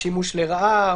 שימוש לרעה,